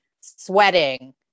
sweating